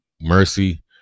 mercy